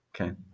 Okay